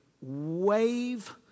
wave